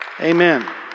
Amen